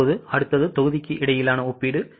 இப்போது அடுத்தது தொகுதிக்கு இடையிலான ஒப்பீடு